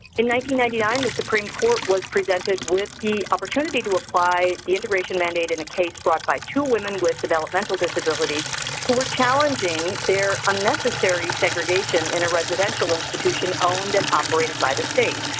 ninety ninety nine, the supreme court was presented with the opportunity to apply the integration mandate in a case brought by two women with developmental disabilities who were challenging their unnecessary segregation in a residential institution owned and operated by the state.